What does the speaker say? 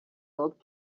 old